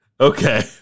Okay